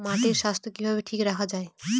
মাটির স্বাস্থ্য কিভাবে ঠিক রাখা যায়?